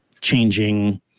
changing